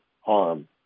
harm